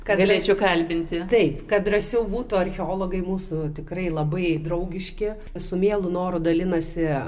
ką galėčiau kalbinti tai kad drąsiau būtų archeologai mūsų tikrai labai draugiški su mielu noru dalinasi